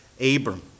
Abram